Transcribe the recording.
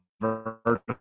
Vertical